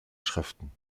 schriften